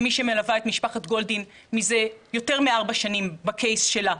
כמי שמלווה את משפחת גולדין יותר מארבע שנים בקייס שלה,